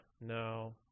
no